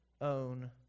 own